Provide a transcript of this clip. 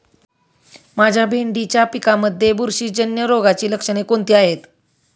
माझ्या भेंडीच्या पिकामध्ये बुरशीजन्य रोगाची लक्षणे कोणती आहेत?